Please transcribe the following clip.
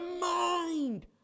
mind